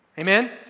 Amen